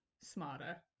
smarter